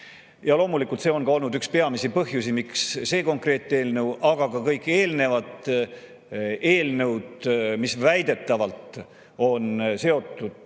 Loomulikult, see on olnud ka üks peamisi põhjusi, miks see konkreetne eelnõu, aga ka kõik eelnevad eelnõud, mis väidetavalt on seotud